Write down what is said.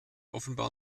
offenbar